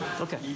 okay